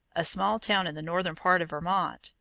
a small town in the northern part of vermont,